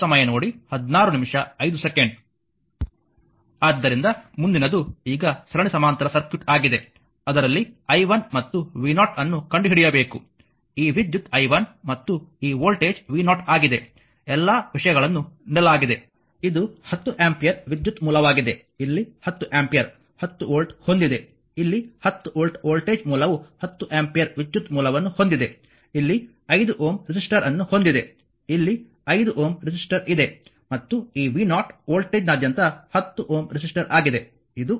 ಆದ್ದರಿಂದ ಮುಂದಿನದು ಈಗ ಸರಣಿ ಸಮಾನಾಂತರ ಸರ್ಕ್ಯೂಟ್ ಆಗಿದೆ ಅದರಲ್ಲಿ i 1 ಮತ್ತು v0 ಅನ್ನು ಕಂಡುಹಿಡಿಯಬೇಕು ಈ ವಿದ್ಯುತ್ i 1 ಮತ್ತು ಈ ವೋಲ್ಟೇಜ್ v0 ಆಗಿದೆ ಎಲ್ಲಾ ವಿಷಯಗಳನ್ನು ನೀಡಲಾಗಿದೆ ಇದು 10 ಆಂಪಿಯರ್ ವಿದ್ಯುತ್ ಮೂಲವಾಗಿದೆ ಇಲ್ಲಿ 10 ಆಂಪಿಯರ್ 10ವೋಲ್ಟ್ ಹೊಂದಿದೆ ಇಲ್ಲಿ 10 ವೋಲ್ಟ್ ವೋಲ್ಟೇಜ್ ಮೂಲವು 10 ಆಂಪಿಯರ್ ವಿದ್ಯುತ್ ಮೂಲವನ್ನು ಹೊಂದಿದೆ ಇಲ್ಲಿ 5 Ω ರೆಸಿಸ್ಟರ್ ಅನ್ನು ಹೊಂದಿದೆ ಇಲ್ಲಿ 5 Ω ರೆಸಿಸ್ಟರ್ ಇದೆ ಮತ್ತು ಈ v0 ವೋಲ್ಟೇಜ್ನಾದ್ಯಂತ 10 Ω ರೆಸಿಸ್ಟರ್ ಆಗಿದೆ ಇದು ಲೂಪ್ 1 ಆಗಿದೆ